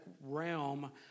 realm